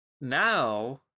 Now